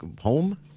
home